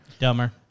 Dumber